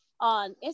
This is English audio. on